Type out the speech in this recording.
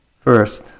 First